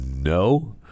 no